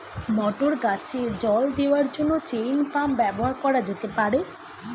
মটর গাছে জল দেওয়ার জন্য চেইন পাম্প ব্যবহার করা যেতে পার?